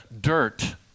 dirt